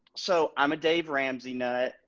so i'm a dave ramsey nut.